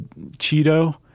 Cheeto